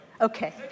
Okay